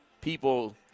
people